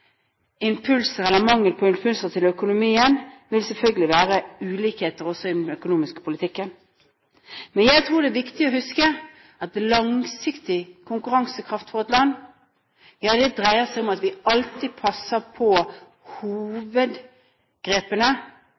impulser, eller mangel på impulser, på økonomien, vil selvfølgelig være ulikheter også i den økonomiske politikken. Men jeg tror det er viktig å huske at den langsiktige konkurransekraft for et land dreier seg om at vi alltid passer på hovedgrepene,